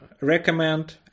recommend